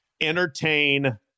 entertain